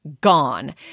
gone